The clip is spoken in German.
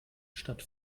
stand